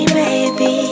baby